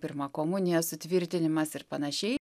pirma komunija sutvirtinimas ir panašiai